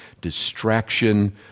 distraction